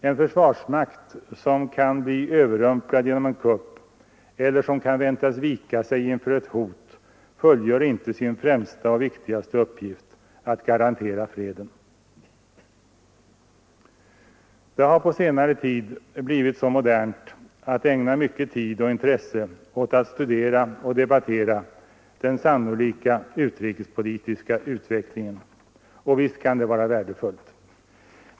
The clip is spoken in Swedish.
En försvarsmakt som kan bli överrumplad genom en kupp eller som kan väntas vika sig inför ett hot fullgör inte sin främsta och viktigaste uppgift — att garantera freden. Det har på senare år blivit så modernt att ägna mycken tid och mycket intresse åt att studera och debattera den sannolika utrikespolitiska utvecklingen, och visst kan detta vara värdefullt.